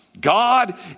God